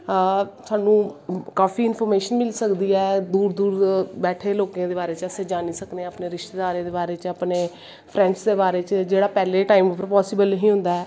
साह्नू काफी इंफर्मेशन मिली सकदी ऐ दूर दूर बैठे ते लोकें बारे अस जानी सकनें आं अपनें रिश्तेदारें दे बारे च अपने फ्रैंडस दे बारे च जेह्ड़ा पैह्ले टाईम पर पासिवल नेंई होंदा हा